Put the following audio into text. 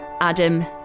Adam